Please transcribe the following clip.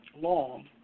long